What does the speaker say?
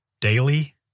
daily